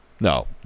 No